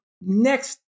next